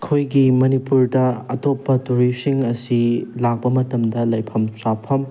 ꯑꯩꯈꯣꯏꯒꯤ ꯃꯅꯤꯄꯨꯔꯗ ꯑꯇꯣꯞꯄ ꯇꯨꯔꯤꯁꯁꯤꯡ ꯑꯁꯤ ꯂꯥꯛꯄ ꯃꯇꯝꯗ ꯂꯩꯐꯝ ꯆꯥꯐꯝ